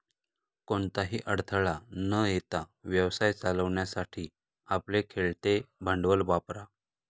कोणताही अडथळा न येता व्यवसाय चालवण्यासाठी आपले खेळते भांडवल वापरा